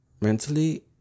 mentally